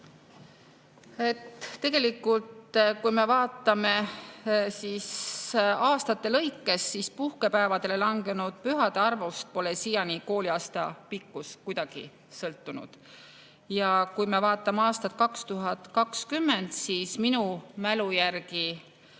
Tegelikult, kui me vaatame aastate lõikes, siis puhkepäevadele langenud pühade arvust pole siiani kooliaasta pikkus kuidagi sõltunud. Kui me vaatame aastat 2020, siis minu mälu järgi